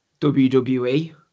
WWE